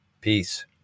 Peace